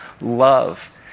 love